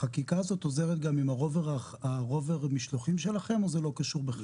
החקיקה הזאת עוזרת גם עם רובר משלוחים שלכם או שזה לא קשור בכלל?